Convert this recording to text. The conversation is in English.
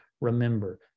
remember